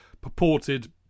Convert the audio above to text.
purported